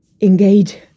engage